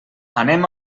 anem